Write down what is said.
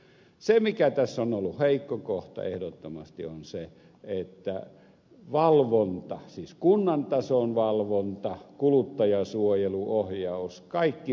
se mikä tässä on ollut heikko kohta ehdottomasti on se että valvonta siis kunnan tason valvonta kuluttajasuojelu ohjaus kaikki mahdolliset ovat pettäneet